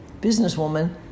businesswoman